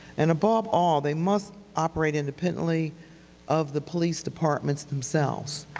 and above all, they must operate independently of the police departments themselves.